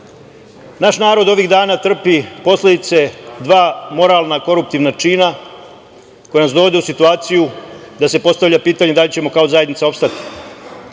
narod ovih dana trpi posledice dva moralna koruptivna čina, koje nas dovode u situaciju da se postavlja pitanje - da li ćemo kao zajednica opstati? Jedan